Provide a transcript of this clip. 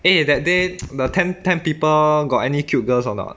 eh that day the ten ten people got any cute girls or not